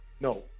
No